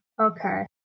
Okay